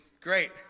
great